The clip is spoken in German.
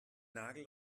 nagel